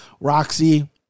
Roxy